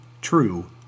true